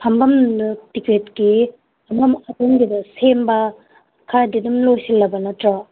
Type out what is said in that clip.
ꯐꯝꯕꯝꯗꯨ ꯇꯤꯀꯦꯠꯀꯤ ꯐꯝꯕꯝ ꯈꯣꯄꯝꯒꯤꯗꯨ ꯁꯦꯝꯕ ꯈꯔꯗꯤ ꯑꯗꯨꯝ ꯂꯣꯏꯁꯜꯂꯕ ꯅꯠꯇ꯭ꯔꯣ